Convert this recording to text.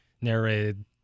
Narrated